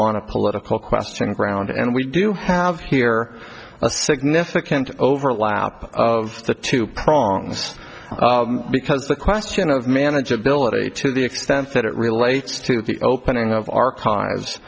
on a political question ground and we do have here a significant overlap of the two prongs because the question of manageability to the extent that it relates to the opening of